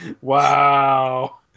Wow